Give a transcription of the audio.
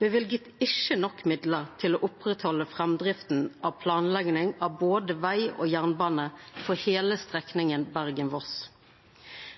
både veg og jernbane for heile strekninga Bergen–Voss.